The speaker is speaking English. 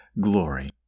glory